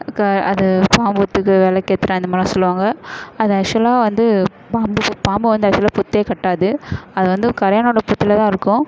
க அது பாம்பு புற்றுக்கு விளக்கு ஏற்றுறேன் அந்த மாதிரிலாம் சொல்லுவாங்க அது ஆக்ஸுவலாக வந்து பாம்பு பு பாம்பு வந்து ஆக்ஸுவலாக புற்றே கட்டாது அது வந்து கரையானோட புற்றுல தான் இருக்கும்